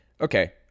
Okay